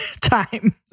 time